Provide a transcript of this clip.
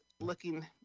looking